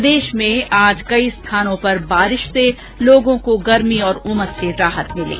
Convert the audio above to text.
प्रदेश में आज कई स्थानों पर बारिश से लोगों को गर्मी और उमस से राहत मिली